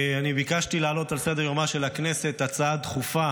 אני ביקשתי להעלות על סדר-יומה של הכנסת הצעה דחופה